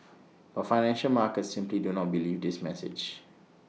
but financial markets simply do not believe this message